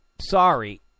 sorry